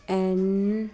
N